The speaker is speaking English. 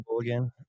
again